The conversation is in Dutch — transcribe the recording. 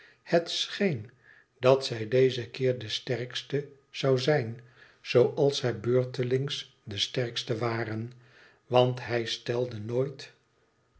scheen dat zij dezen keer de sterkste zoû zijn zooals zij beurtelings de sterkste waren want hij stelde nooit